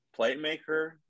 playmaker